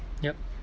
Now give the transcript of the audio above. yup